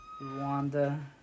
Rwanda